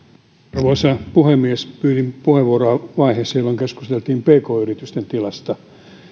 arvoisa puhemies pyysin puheenvuoroa siinä vaiheessa jolloin keskusteltiin pk yritysten tilasta